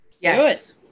Yes